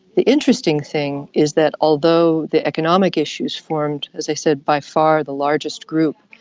the interesting thing is that although the economic issues formed, as i said, by far the largest group,